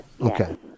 okay